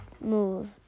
move